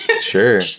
Sure